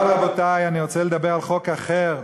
אבל, רבותי, אני רוצה לדבר על חוק אחר,